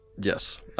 Yes